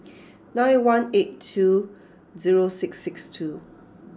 nine one eight two zero six six two